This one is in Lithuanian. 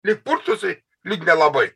lyg purtosi lyg nelabai